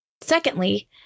Secondly